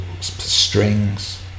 strings